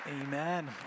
Amen